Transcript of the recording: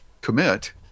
commit—